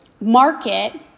market